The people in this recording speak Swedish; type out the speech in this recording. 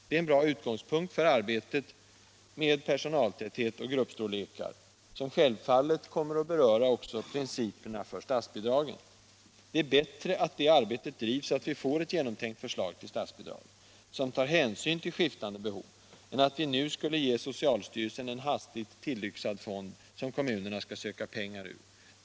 Det är en bra utgångspunkt för arbetet med personaltäthet och i gruppstorlekar, vilket självfallet kommer att beröra också principerna för statsbidragen. Det är bättre att det arbetet drivs så att vi får ett genomtänkt förslag till statsbidrag, som tar hänsyn till skiftande behov, än att vi nu skulle ge socialstyrelsen en hastigt tillyxad fond, som kommunerna skall söka pengar ur.